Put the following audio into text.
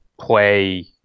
play